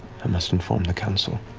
i must inform the council.